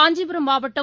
காஞ்சிபுரம் மாவட்டம்